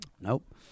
Nope